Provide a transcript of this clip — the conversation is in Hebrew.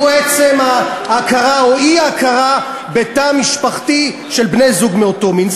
הוא עצם ההכרה או האי-הכרה בתא משפחתי של בני-זוג מאותו מין.